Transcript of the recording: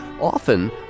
often